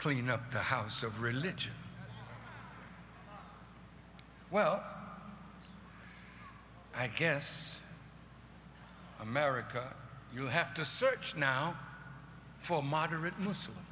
clean up the house of religion well i guess america you have to search now for moderate